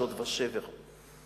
שוד ושבר.